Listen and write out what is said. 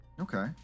Okay